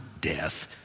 death